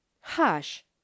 Hush